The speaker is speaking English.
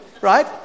Right